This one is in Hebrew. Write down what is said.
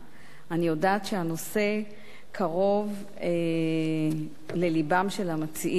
אני יודעת שהנושא קרוב ללבם של המציעים,